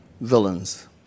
villains